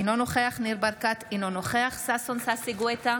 אינו נוכח ניר ברקת, אינו נוכח ששון ששי גואטה,